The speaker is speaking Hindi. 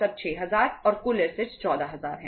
अब यह 6000 और 8000 है